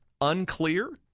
unclear